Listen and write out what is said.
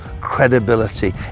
credibility